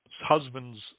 husbands